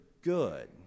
good